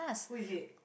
who is it